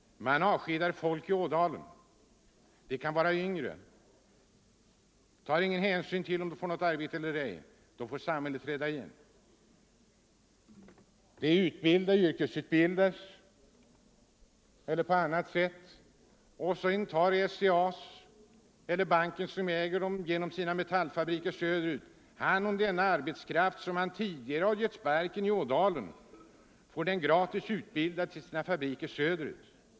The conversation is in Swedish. Man avskedar folk i Ådalen. Det kan vara yngre människor. Man tar ingen hänsyn till om de får arbete eller ej, utan då får samhället träda in. De yrkesutbildas, Nr 125 och sedan tar SCA — eller banken som äger bolaget — på sina metallfabriker Onsdagen den söderut hand om denna arbetskraft som man tidigare har givit sparken 20 november 1974 i Ådalen. Man får den alltså gratis utbildad till sina fabriker söderut.